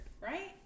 Right